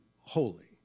holy